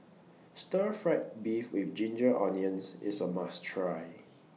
Stir Fried Beef with Ginger Onions IS A must Try